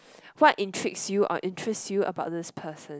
what intrigue you or interest you about this person